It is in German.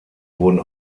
wurden